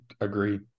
agree